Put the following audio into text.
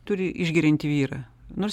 turi išgeriantį vyrą nors